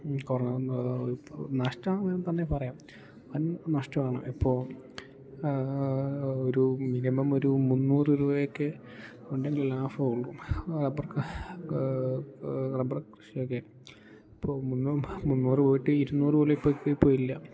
കുറവും കുറവും ഇപ്പോൾ നഷ്ടമാണെന്നുതന്നെ പറയാം വൻ നഷ്ടമാണ് ഇപ്പോൾ ഒരു മിനിമം ഒരു മുന്നൂറ് രൂപയൊക്കെ ഉണ്ടെങ്കിൽ ലാഭം ഉള്ളു അപ്പം റബ്ബർ കൃഷിയൊക്കെ ഇപ്പോൾ മുന്നൂറ് മുന്നൂറ് പോയിട്ട് ഇരുന്നൂറുപോലും ഇപ്പോൾ ഇപ്പൊയില്ല